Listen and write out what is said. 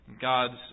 God's